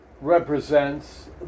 represents